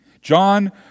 John